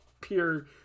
pure